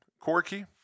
Corky